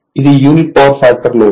ఇది unity power factor load